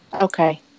Okay